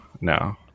no